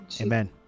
amen